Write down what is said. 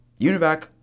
UNIVAC